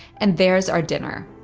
and there's our dinner.